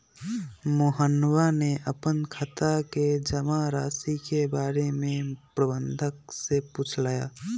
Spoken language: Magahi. मोहनवा ने अपन खाता के जमा राशि के बारें में प्रबंधक से पूछलय